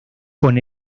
con